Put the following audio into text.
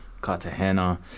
Cartagena